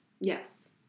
Yes